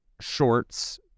shorts